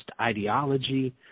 ideology